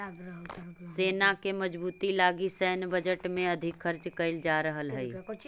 सेना के मजबूती लगी सैन्य बजट में अधिक खर्च कैल जा रहल हई